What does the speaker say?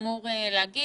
משרד הבריאות אמור להגיד,